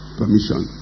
permission